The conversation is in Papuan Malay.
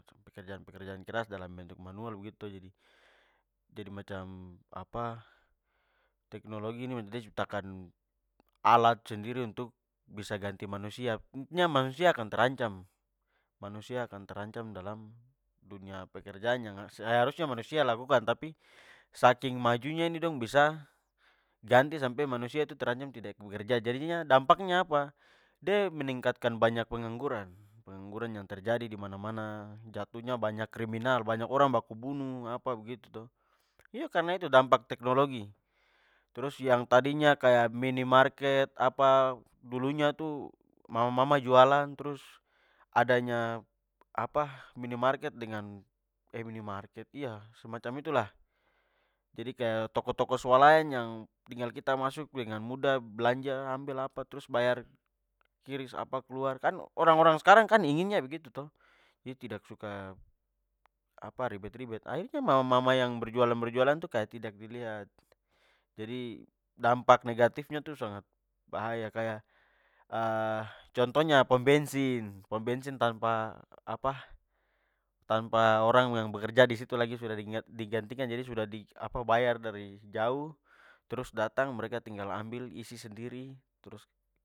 Pekerjaan-pekerjaan keras dalam bentuk manual begitu to, jadi jadi- macam apa teknologi ini macam de ciptakan alat sendiri untuk bisa ganti manusia. Intinya manusia akan terancam manusia akan terancam- dalam dunia pekerjaan yang seharusnya manusia lakukan tapi saking majunya nih dong bisa ganti sampe manusia itu terancam tidak bekerja. Jadinya dampaknya apa? De meningkatkan banyak pengangguran. Pengangguran yang terjadi dimana-mana, jatuhnya banyak kriminal, banyak orang baku bunuh apa begitu to? Iyo karna itu dampak teknologi trus yang tadinya kaya mini market apa dulunya tu mama-mama jualan trus adanya apa mini market dengan mini market iya semacam itulah. Jadi kaya toko-toko swalayan yang tinggal kita masuk dengan mudah belanja, ambil apa trus bayar qrish apa keluar. Kan orang-orang skarang kan inginnya begitu to, de tidak suka apa ribet-ribet. Akhirnya, mama-mama yang berjualan-berjualan itu, kaya tidak dilihat. Jadi, dampak negatifnya tu sangat bahaya. Kaya ontohnya, pomp bensin. Pomp bensin tanpa apa, tanpa orang yang bekerja disitu lagi sudah digantikan jadi sudah di apa bayar dari jauh trus datang, mereka tinggal ambil, isi sendiri trus